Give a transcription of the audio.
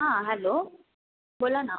हां हॅलो बोला ना